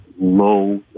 low